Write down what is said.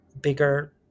bigger